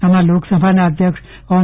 આમાં લોકસભાના અધ્યક્ષ ઓમ